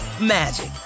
magic